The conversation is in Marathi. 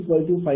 5 MW0